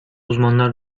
uzmanlar